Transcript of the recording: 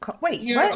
Wait